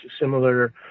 similar